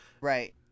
right